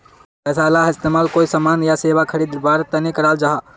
पैसाला इस्तेमाल कोए सामान या सेवा खरीद वार तने कराल जहा